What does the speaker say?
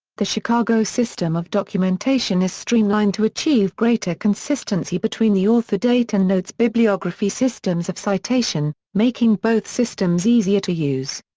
the chicago system of documentation is streamlined to achieve greater consistency between the ah author-date and notes-bibliography systems of citation, making both systems easier to use.